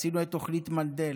עשינו את תוכנית מנדל,